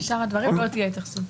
לשאר הדברים לאת תהיה התייחסות.